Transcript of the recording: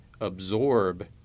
absorb